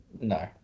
No